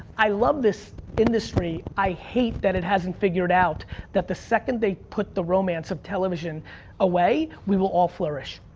i love this industry. i hate that it hasn't figured out that the second they put the romance of television away, we will all flourish.